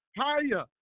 higher